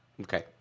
Okay